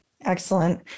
Excellent